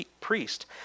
priest